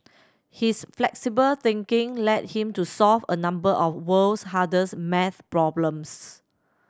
his flexible thinking led him to solve a number of world's hardest maths problems